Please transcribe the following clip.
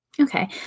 Okay